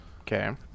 okay